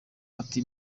ati